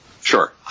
Sure